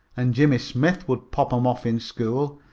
and jimmy smith would pop em off in school,